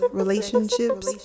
relationships